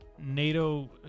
NATO